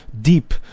deep